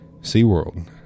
SeaWorld